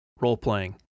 role-playing